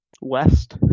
west